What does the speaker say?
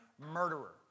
murderer